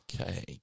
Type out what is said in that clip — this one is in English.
Okay